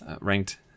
Ranked